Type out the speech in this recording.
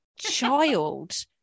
child